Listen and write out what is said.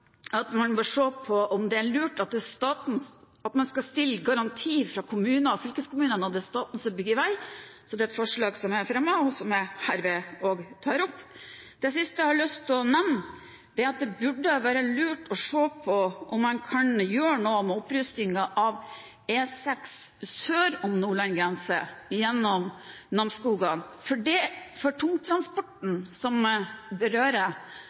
at man bør se på om det er lurt at man skal stille garanti fra kommuner og fylkeskommuner når det er staten som bygger vei. Det er forslag som jeg har fremmet, og som jeg herved tar opp. Det siste jeg har lyst å nevne, er at det hadde være lurt å se på om man kan gjøre noen opprustinger av E6 sør om Nordland grense, gjennom Namsskogan. For tungtransporten som blir berørt av dette prosjektet, er det